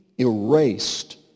erased